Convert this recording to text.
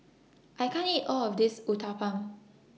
I can't eat All of This Uthapam